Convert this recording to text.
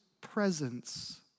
presence